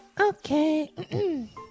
Okay